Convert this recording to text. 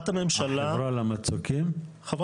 כיוון שאנחנו מדברים על מצוקי חוף,